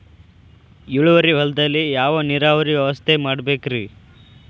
ಇಳುವಾರಿ ಹೊಲದಲ್ಲಿ ಯಾವ ನೇರಾವರಿ ವ್ಯವಸ್ಥೆ ಮಾಡಬೇಕ್ ರೇ?